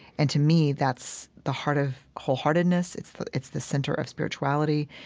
and to me, that's the heart of wholeheartedness, it's the it's the center of spirituality.